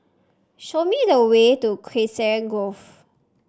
show me the way to Grove